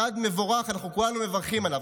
צעד מבורך, אנחנו כולנו מברכים עליו.